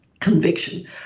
conviction